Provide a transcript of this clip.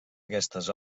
aquestes